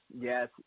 yes